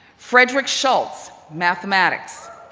frederic shultz, mathematics.